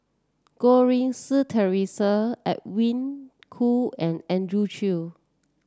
Goh Rui Si Theresa Edwin Koo and Andrew Chew